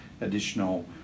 additional